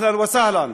ברוכה הבאה.